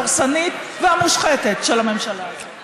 הדורסנית והמושחתת של הממשלה הזאת.